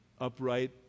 upright